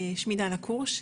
שמי דנה קורש,